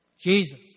Jesus